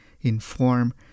inform